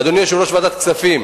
אדוני יושב-ראש ועדת הכספים,